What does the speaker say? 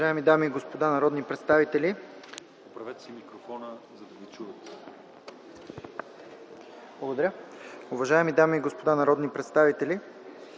Уважаеми дами и господа народни представители!